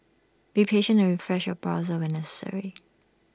be patient and refresh your browser when necessary